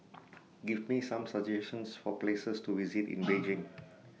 Give Me Some suggestions For Places to visit in Beijing